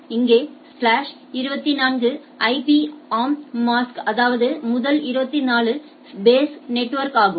இங்கே slash 24 IP ஆம் mask அதாவது முதல் 24 பேஸ் நெட்வொர்க் ஆகும்